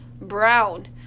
brown